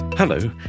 Hello